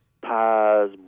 pies